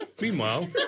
Meanwhile